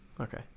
Okay